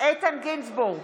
איתן גינזבורג,